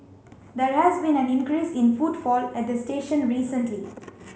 there has been an increase in footfall at the station recently